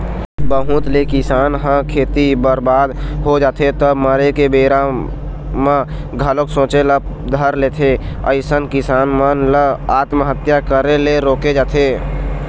बहुत ले किसान ह खेती बरबाद हो जाथे त मरे के बारे म घलोक सोचे ल धर लेथे अइसन किसान मन ल आत्महत्या करे ले रोके जाथे